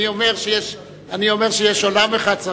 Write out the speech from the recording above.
אני אומר שיש עולם אחד.